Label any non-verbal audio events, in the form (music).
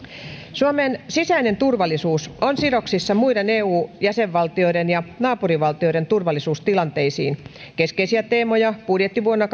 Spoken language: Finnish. suomen sisäinen turvallisuus on sidoksissa muiden eu jäsenvaltioiden ja naapurivaltioiden turvallisuustilanteisiin keskeisiä teemoja budjettivuonna (unintelligible)